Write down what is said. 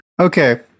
Okay